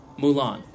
Mulan